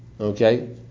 Okay